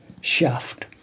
shaft